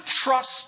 trust